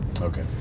Okay